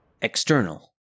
External